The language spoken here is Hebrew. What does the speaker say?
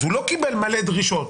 אז הוא לא קיבל מלא דרישות.